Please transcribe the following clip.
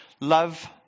love